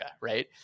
Right